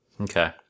okay